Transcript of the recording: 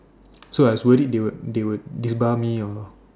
so I was they would they would is about me or